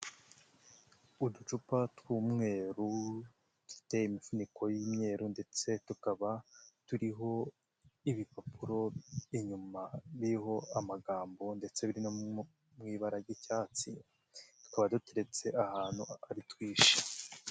Uducupa tw'umweru, dufite imi imvuniko y'imyeru ndetse tukaba turiho ibipapuro inyuma biriho amagambo ndetse biri mu ibara ry'icyatsi, tukaba duteretse ahantu ari twinshi.